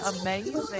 Amazing